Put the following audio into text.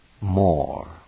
more